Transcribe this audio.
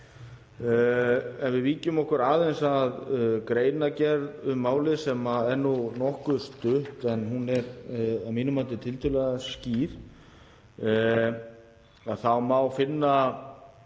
Ef við víkjum aðeins að greinargerð um málið, sem er nú nokkuð stutt en hún er að mínu mati tiltölulega skýr, þá má finna